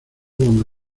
cuando